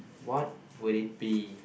what would it be